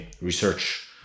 research